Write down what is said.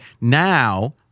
now